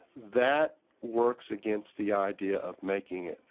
that works against the idea of making it,